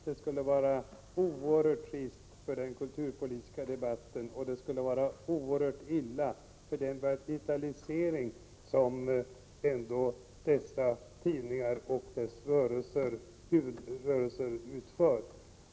Det skulle vara oerhört trist för den kulturpolitiska debatten och oerhört illa för den vitalisering som dessa tidningar och deras rörelser medför.